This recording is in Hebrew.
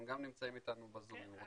הם גם נמצאים איתנו בזום.